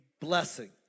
blessing